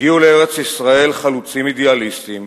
שעה שהגיעו לארץ-ישראל חלוצים אידיאליסטים,